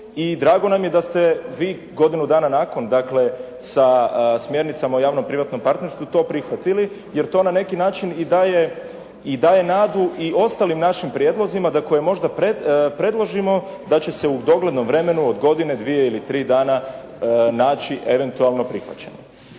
drago nam je da ste vi godinu dana nakon, dakle sa smjernicama o javno-privatnom partnerstvu to prihvatili jer to na neki način i daje nadu i ostalim našim prijedlozima da koje možda predložimo da će se u doglednom vremenu od godine dvije ili tri dana naći eventualno prihvaćeno.